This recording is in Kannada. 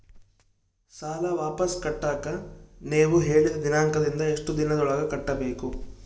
ಸಾಲ ವಾಪಸ್ ಕಟ್ಟಕ ನೇವು ಹೇಳಿದ ದಿನಾಂಕದಿಂದ ಎಷ್ಟು ದಿನದೊಳಗ ಕಟ್ಟಬೇಕು?